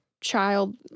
child